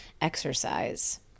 exercise